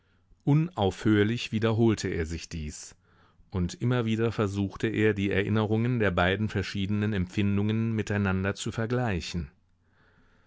unaufhörlich wiederholte er sich dies und immer wieder versuchte er die erinnerungen der beiden verschiedenen empfindungen miteinander zu vergleichen